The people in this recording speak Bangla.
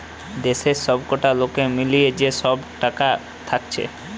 দেশের সবকটা লোকের মিলিয়ে যে সব টাকা থাকছে